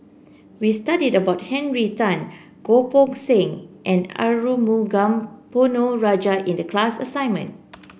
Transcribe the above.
we studied about Henry Tan Goh Poh Seng and Arumugam Ponnu Rajah in the class assignment